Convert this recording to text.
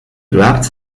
wrapped